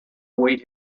await